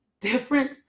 different